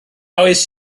oes